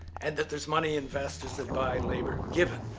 and that there's money investors that buy labor given!